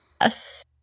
yes